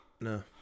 No